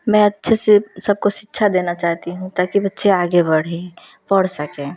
मैं अच्छे से सबको शिक्षा देना चाहती हूँ ताकी बच्चे आगे बढ़ें पढ़ सकें